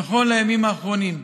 נכון לימים האחרונים.